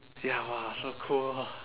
ya !wah! so cool